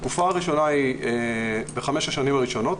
התקופה הראשונה היא בחמש השנים הראשונות,